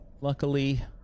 luckily